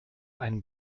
einen